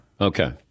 Okay